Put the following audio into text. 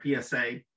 psa